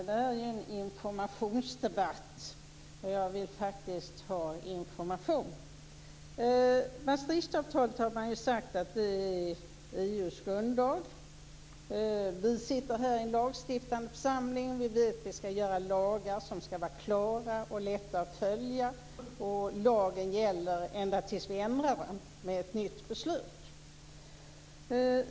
Fru talman! Detta är en informationsdebatt, och jag vill faktiskt ha information. Man har ju sagt att Maastrichtfördraget är EU:s grundlag. Vi sitter här i en lagstiftande församling. Vi vet att vi skall göra lagar som skall vara klara och lätta att följa och att lagarna gäller ända tills vi ändrar dem genom ett nytt beslut.